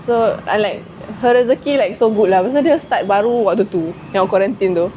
so I like her rezeki like so good lah pasal dia start baru waktu tu yang quarantine tu